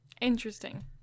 interesting